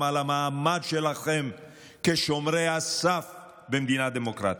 על המעמד שלכם כשומרי הסף במדינה דמוקרטית.